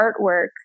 artwork